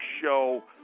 show